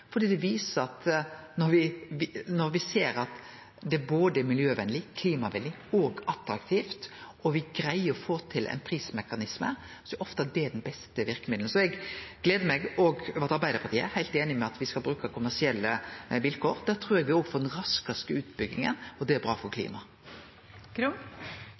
attraktivt, og me greier å få til ein prismekanisme, er det ofte det beste verkemiddelet. Så eg gleder meg over at òg Arbeidarpartiet er heilt einige i at me skal bruke kommersielle vilkår. Da trur eg me får den raskaste utbygginga òg, og det er bra for